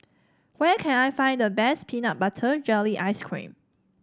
where can I find the best Peanut Butter Jelly Ice cream